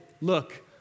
look